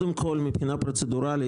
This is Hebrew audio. מבחינה פרוצדורלית,